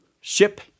ship